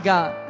God